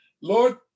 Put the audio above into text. Lord